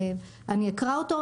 אני אקרא אותו,